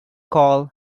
call